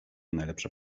najlepsze